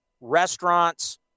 Restaurants